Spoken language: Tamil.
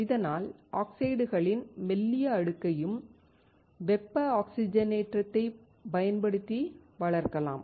இதனால் ஆக்சைடுகளின் மெல்லிய அடுக்கையும் வெப்ப ஆக்ஸிஜனேற்றத்தைப் பயன்படுத்தி வளர்க்கலாம்